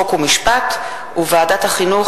חוק ומשפט וועדת החינוך,